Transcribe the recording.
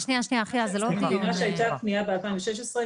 הייתה פנייה בשנת 2016,